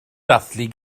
dathlu